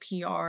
PR